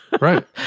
Right